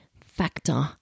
factor